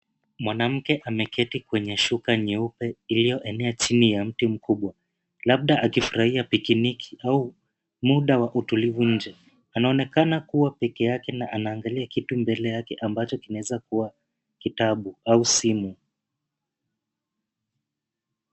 Mwanamke ameketi kwenye shuka nyeupe iliyo enea chini ya mti mkubwa. Labda akifurahia pikiniki au muda wa utulivu nje. Anaonekana kuwa pekeyake na anangalia kitu mbele yake ambacho kinaweza kua kitabu au simu.